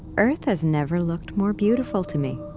earth has never looked more beautiful to me.